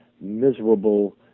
Miserable